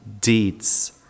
deeds